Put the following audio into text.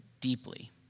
deeply